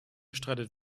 streitet